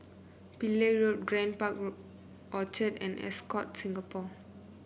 Pillai Road Grand Park Orchard and Ascott Singapore